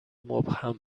مبهم